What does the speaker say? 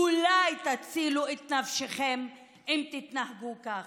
אולי תצילו את נפשכם אם תתנהגו ככה.